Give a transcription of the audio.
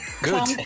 Good